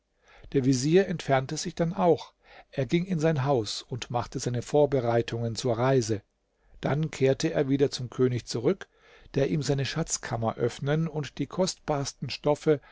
der vezier entfernte sich dann auch er ging in sein haus und machte seine vorbereitungen zur reise dann kehrte er wieder zum könig zurück der ihm seine schatzkammer öffnen und die kostbarsten stoffe